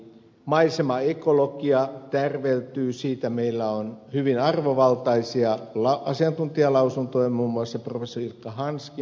maisemaekologia tärveltyy siitä meillä on hyvin arvovaltaisia asiantuntijalausuntoja muun muassa professori ilkka hanskin lausunto